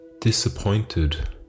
disappointed